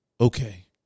Okay